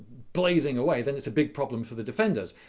blazing away, then it's a big problem for the defenders.